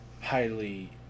highly